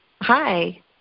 Hi